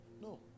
No